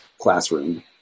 classroom